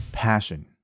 passion